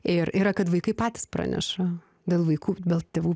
ir yra kad vaikai patys praneša dėl vaikų dėl tėvų